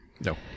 No